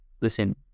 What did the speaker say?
listen